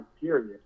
period